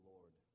Lord